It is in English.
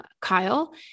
Kyle